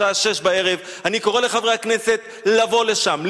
בשעה 18:00. אני קורא לחברי הכנסת לבוא לשם,